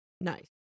Nice